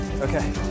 okay